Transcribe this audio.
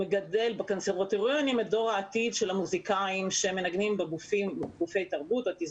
מגדל בקונסרבטוריונים את דור העתיד של המוסיקאים שמנגנים בגופי התרבות,